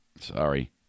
Sorry